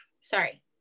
sorry